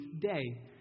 day